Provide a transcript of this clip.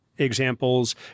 Examples